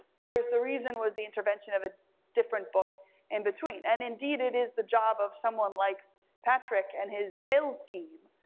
whereas the reason was the intervention of a different book in between. and indeed it is the job of someone like patrick, and his sales team,